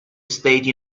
state